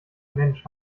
mensch